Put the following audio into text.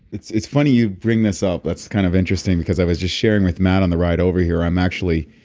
it's it's funny you bring this up. that's kind of interesting because i was just sharing with matt on the ride over here. i'm actually